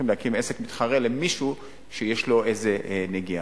עסק מתחרה למישהו שיש לו איזו נגיעה.